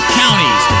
counties